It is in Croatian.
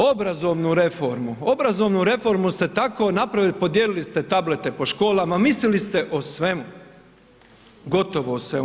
Obrazovnu reformu, obrazovnu reformu ste tako napravili podijelili ste tablete po školama, mislili ste o svemu, gotovo svemu.